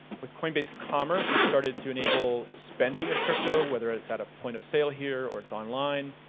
with coinbase commerce, we've started to enable spending of crypto, whether it's at a point of sale here or it's online.